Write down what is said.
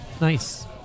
nice